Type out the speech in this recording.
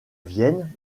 vienne